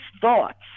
thoughts